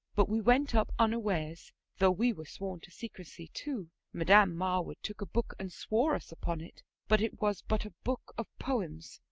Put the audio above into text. but we went up unawares though we were sworn to secrecy too madam marwood took a book and swore us upon it but it was but a book of poems.